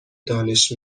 دانش